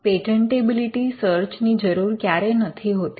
patentability search ની જરૂર ક્યારે નથી હોતી